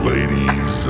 Ladies